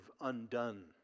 undone